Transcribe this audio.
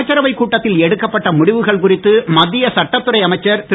அமைச்சரவை கூட்டத்தில் எடுக்கப்பட்ட முடிவுகள் குறித்து மத்திய சட்டத்துறை அமைச்சர் திரு